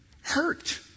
hurt